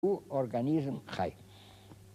הוא אורגניזם חי.